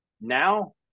Now